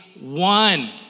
one